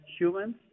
humans